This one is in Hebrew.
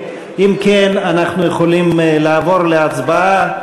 אם כן, אנחנו יכולים לעבור להצבעה.